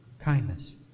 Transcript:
Kindness